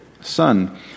son